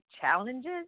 challenges